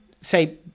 say